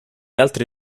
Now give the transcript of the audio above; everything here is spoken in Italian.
altre